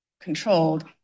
controlled